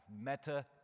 Meta